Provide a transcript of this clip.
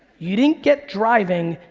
you didn't get driving,